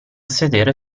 sedere